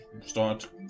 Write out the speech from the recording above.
start